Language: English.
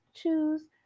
choose